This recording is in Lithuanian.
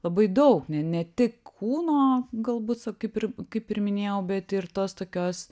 labai daug ne tik kūno galbūt kaip ir kaip ir minėjau bet ir tos tokios